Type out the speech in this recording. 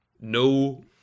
no